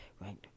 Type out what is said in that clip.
right